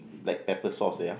black pepper sauce ya